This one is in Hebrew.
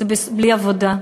בלי עבודה.